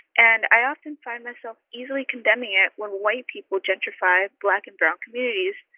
and i often find myself easily condemning it when white people gentrify black and brown communities.